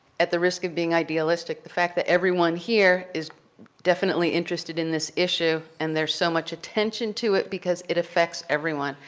at the risk of being idealistic, the fact that everyone here is definitely interested in this issue and there's so much attention to it because it affects everyone.